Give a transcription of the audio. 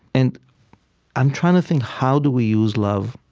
and i'm trying to think, how do we use love?